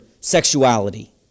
sexuality